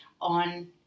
on